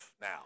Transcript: now